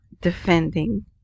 defending